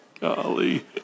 Golly